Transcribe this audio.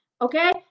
Okay